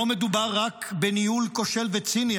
לא מדובר רק בניהול כושל וציני,